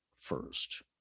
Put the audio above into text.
first